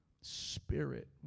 spirit